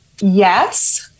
yes